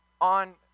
on